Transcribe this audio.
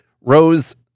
rose